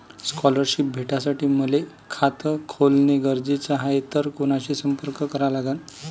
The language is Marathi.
स्कॉलरशिप भेटासाठी मले खात खोलने गरजेचे हाय तर कुणाशी संपर्क करा लागन?